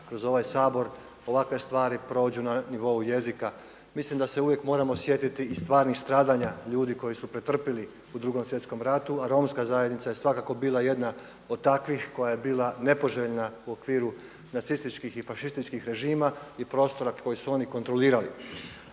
kroz ovaj Sabor ovakve stvari prođu na nivou jezika. Mislim da se uvijek moramo sjetiti i stvarnih stradanja ljudi koji su pretrpjeli u Drugom svjetskom ratu a Romska zajednica je svakako bila jedna od takvih koja je bila nepoželjna u okviru nacističkih i fašističkih režima i prostora koji su oni kontrolirali.